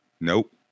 Nope